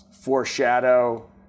foreshadow